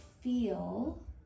feel